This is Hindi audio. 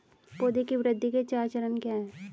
पौधे की वृद्धि के चार चरण क्या हैं?